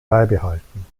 beibehalten